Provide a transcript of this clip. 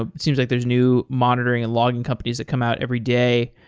ah it seems like there's new monitoring and logging companies that come out every day.